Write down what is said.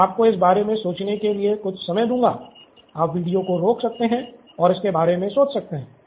मैं आपको इसके बारे में सोचने के लिए कुछ समय दूंगा आप वीडियो को रोक सकते हैं और इसके बारे में सोच सकते हैं